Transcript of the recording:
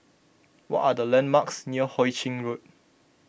what are the landmarks near Hoe Chiang Road